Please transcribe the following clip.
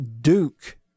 Duke